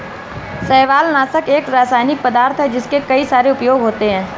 शैवालनाशक एक रासायनिक पदार्थ है जिसके कई सारे उपयोग होते हैं